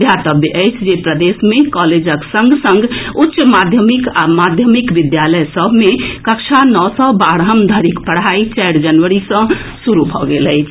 ध्यातव्य जे प्रदेश मे कॉलेजक संग संग उच्च माध्यमिक आ माध्यमिक विद्यालय सभ मे कक्षा नओ सँ बारहम धरिक पढ़ाई चारि जनवरी सँ शुरू भऽ गेल अछि